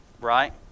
right